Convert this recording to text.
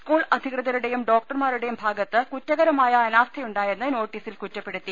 school അധികൃതരുടെയും ഡോക്ടർമാരുടെയും ഭാഗത്ത് കുറ്റകരമായ അനാവസ്ഥയുണ്ടായെന്ന് നോട്ടീസിൽ കുറ്റപ്പെടുത്തി